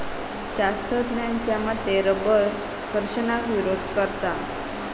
शास्त्रज्ञांच्या मते रबर घर्षणाक विरोध करता